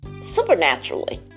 supernaturally